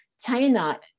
China